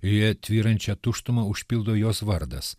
joje tvyrančią tuštumą užpildo jos vardas